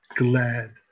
glad